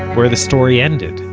where the story ended.